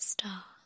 Star